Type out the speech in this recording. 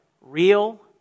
real